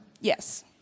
Yes